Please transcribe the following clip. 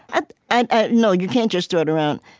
and i no, you can't just throw it around.